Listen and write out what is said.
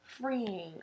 freeing